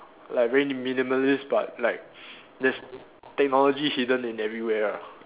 like very minimalist but like there's technology hidden in everywhere ah